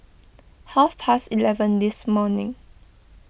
half past eleven this morning